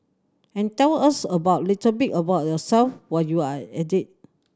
and tell us about little bit about yourself while you're at it